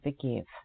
forgive